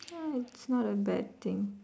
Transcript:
ya it's not a bad thing